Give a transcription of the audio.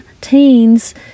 teens